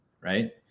right